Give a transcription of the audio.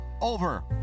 over